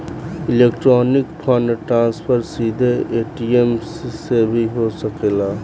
electronic fund transfer सीधे ATM से भी हो सकेला